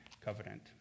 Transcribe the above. covenant